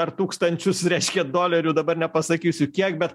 ar tūkstančius reiškia dolerių dabar nepasakysiu kiek bet